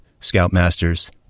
scoutmasters